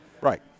right